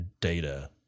data